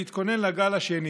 ולהתכונן לגל השני.